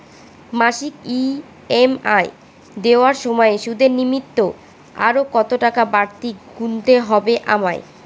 মাসিক ই.এম.আই দেওয়ার সময়ে সুদের নিমিত্ত আরো কতটাকা বাড়তি গুণতে হবে আমায়?